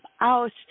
out